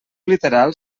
literal